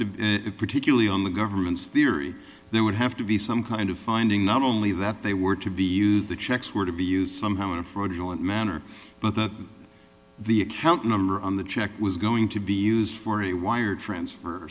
to particularly on the government's theory there would have to be some kind of finding not only that they were to be the checks were to be used somehow in a fraudulent manner but that the account number on the check was going to be used for a wire transfer